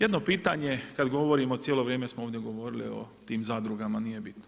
Jedno pitanje kada govorimo, cijelo vrijeme smo ovdje govorili o tim zadrugama, nije bitno.